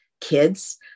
kids